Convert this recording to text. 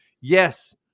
Yes